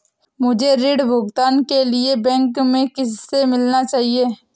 मुझे ऋण भुगतान के लिए बैंक में किससे मिलना चाहिए?